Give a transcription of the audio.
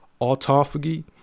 autophagy